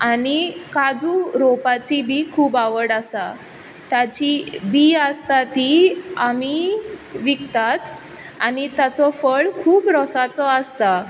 आनी काजू रोंवपाची बी खूब आवड आसा ताची बीं आसता तीं आमी विकतात आनी ताचो फळ खूब रोसाचो आसता